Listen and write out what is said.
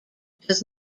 does